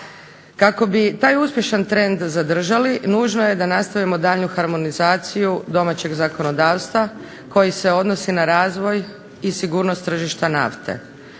Kako bi taj uspješan trend zadržali nužno je da nastavimo daljnju harmonizaciju domaćeg zakonodavstva koji se odnosi na razvoj i sigurnost tržišta nafte.